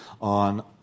on